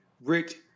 rich